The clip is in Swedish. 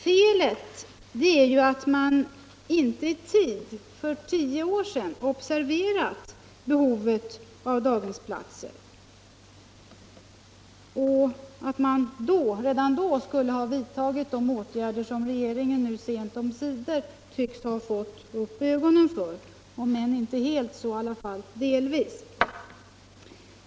Felet är ju det att man inte i tid, för tio år sedan, observerade behovet av daghemsplatser och att man redan då skulle ha vidtagit de åtgärder som regeringen sent om sider tycks ha fått upp ögonen för, om inte helt så i alla fall delvis.